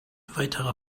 weiterer